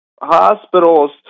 hospitals